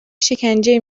شکنجه